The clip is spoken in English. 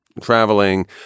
traveling